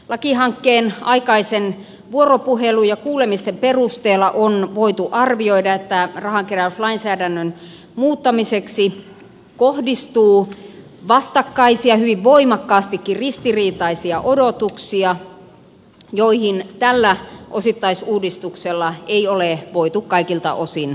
lakihankkeen aikaisen vuoropuhelun ja kuulemisten perusteella on voitu arvioida että rahankeräyslainsäädännön muuttamiseen kohdistuu vastakkaisia hyvin voimakkaastikin ristiriitaisia odotuksia joihin tällä osittaisuudistuksella ei ole voitu kaikilta osin vastata